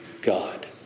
God